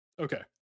Okay